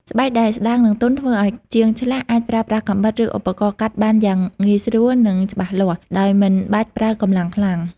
ស្បែកដែលស្តើង និងទន់ ធ្វើឱ្យជាងឆ្លាក់អាចប្រើប្រាស់កាំបិត ឬឧបករណ៍កាត់បានយ៉ាងងាយស្រួល និងច្បាស់លាស់ ដោយមិនបាច់ប្រើកម្លាំងខ្លាំង។